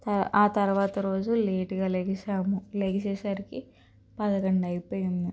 త ఆ తర్వాత రోజు లేటుగా లెగిసాము లెగిసేసరికి పదకొండయిపోయింది